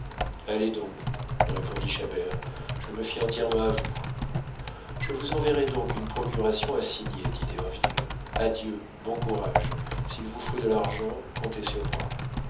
allez donc répondit chabert je me fie entièrement à vous je vous enverrai donc une procuration à signer dit derville adieu bon courage s'il vous faut de l'argent comptez sur moi